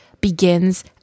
begins